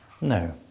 No